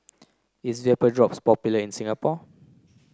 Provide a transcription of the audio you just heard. is Vapodrops popular in Singapore